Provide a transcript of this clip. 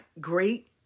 great